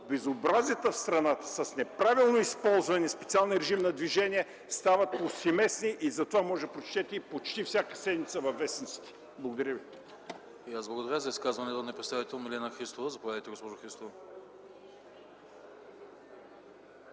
безобразията в страната с неправилното използване на специалния режим за движение стават повсеместни. За това можете да прочетете всяка седмица във вестниците. Благодаря Ви.